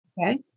Okay